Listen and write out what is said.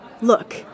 Look